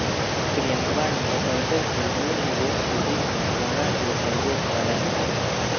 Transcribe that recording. प्रियंकवा ने बतल कई कि ऊ निवेश के रूप में सोना के प्रयोग करा हई